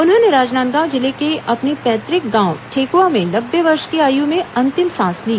उन्होंने राजनांदगांव जिले के अपने पैतुक गांव ठेकुआ में नब्बे वर्ष की आयु में अंतिम सांस ली